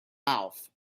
mouth